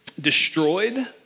destroyed